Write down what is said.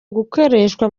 gukoreshwa